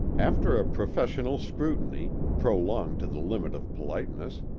after a professional scrutiny, prolonged to the limit of politeness,